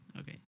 Okay